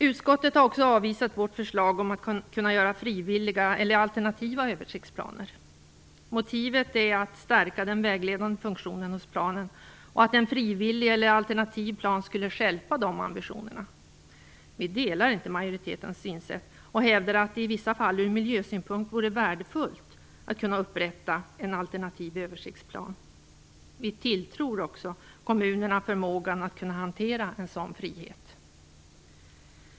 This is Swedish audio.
Utskottet har också avvisat vårt förslag om att kunna göra frivilliga eller alternativa översiktsplaner. Motivet är att stärka den vägledande funktionen hos planen och att en frivillig eller alternativ plan skulle stjälpa dessa ambitioner. Vi delar inte majoritetens synsätt och hävdar att det i vissa fall ur miljösynpunkt vore värdefullt att kunna upprätta en alternativ översiktsplan. Vi tilltror också kommunerna förmågan att hantera en sådan frihet.